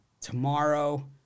tomorrow